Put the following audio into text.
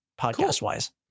podcast-wise